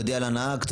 תודיע לנהג,